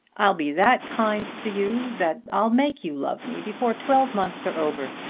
i'll be that kind to you that i'll make you love me before twelve months are over.